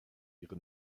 ihre